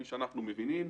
כפי שאנחנו מבינים.